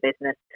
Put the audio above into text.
business